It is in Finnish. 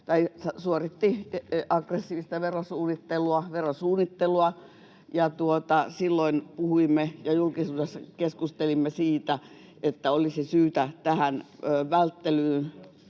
tai suoritti aggressiivista verosuunnittelua, ja silloin puhuimme ja julkisuudessa keskustelimme siitä, että olisi syytä tähän välttelyyn